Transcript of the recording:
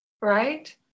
right